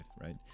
right